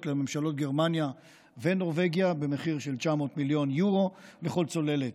לממשלות גרמניה ונורבגיה במחיר של 900 מיליון יורו לכל צוללת.